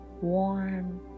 warm